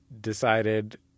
decided